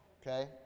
Okay